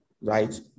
right